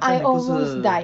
I almost died